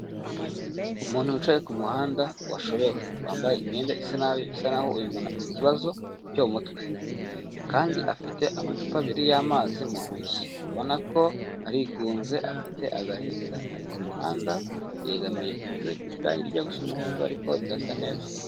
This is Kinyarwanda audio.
Umuntu wicaye ku muhanda washobewe. Wambaye imyenda isa nabi bisa nkaho uyu muntu afite ikibazo cyo mu mutwe. Kandi afite amacupa abiri y'amazi mu ntoki. Urabona ko arigunze afite agahinda ari ku muhanda, yegamiye inzu ifite irangi rijya gusa umuhondo ariko ridasa neza.